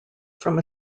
from